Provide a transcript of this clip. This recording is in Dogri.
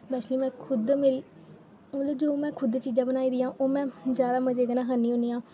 स्पेशली खुद बनाई दियां ओह् में जो खुद चीज़ां बनाई दियां ओह् में जादा मजे़ कन्नै ख'न्नी होनी आं